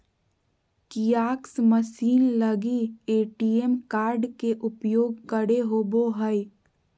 kiosk machine लगी ATM card के उपयोग करे होबो हइ